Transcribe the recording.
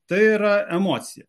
tai yra emocija